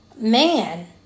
man